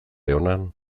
leonan